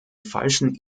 falschen